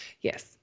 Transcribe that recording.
Yes